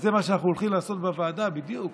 זה מה שאנחנו הולכים לעשות בוועדה בדיוק.